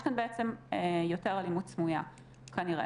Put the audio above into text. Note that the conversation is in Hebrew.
יש כאן בעצם כנראה יותר אלימות סמויה כרגע.